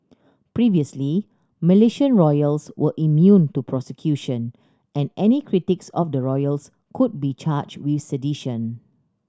previously Malaysian royals were immune to prosecution and any critics of the royals could be charged with sedition